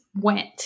went